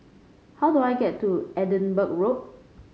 how do I get to Edinburgh Road